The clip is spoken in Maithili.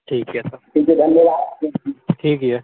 ठीक छै ठीक छै धन्यवाद ठीक यऽ